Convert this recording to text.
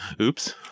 Oops